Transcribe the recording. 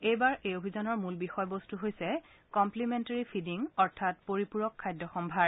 এইবাৰ এই অভিযানৰ মূল বিষয়বস্তু হৈছে কম্প্লিমেণ্টেৰী ফিডিং অৰ্থাৎ পৰিপূৰক খাদ্য সম্ভাৰ